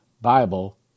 Bible